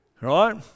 right